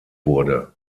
wurde